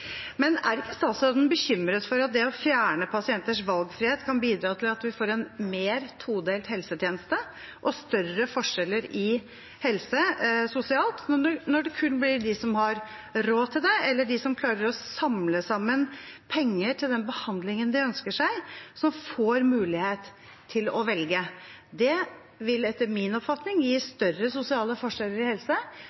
Er ikke statsråden bekymret for at det å fjerne pasienters valgfrihet kan bidra til at vi får en mer todelt helsetjeneste og større sosiale forskjeller innen helse når det kun blir de som har råd til det, eller de som klarer å samle sammen penger til den behandlingen de ønsker seg, som får mulighet til å velge? Det vil etter min oppfatning gi